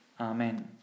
Amen